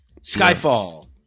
Skyfall